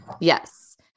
Yes